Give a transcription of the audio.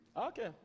Okay